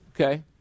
Okay